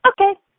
Okay